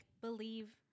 believe